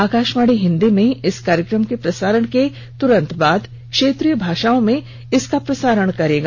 आकाशवाणी हिंदी में इस कार्यक्रम के प्रसारण के तत्का्ल बाद क्षेत्रीय भाषाओं में इसका प्रसारण करेगा